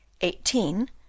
eighteen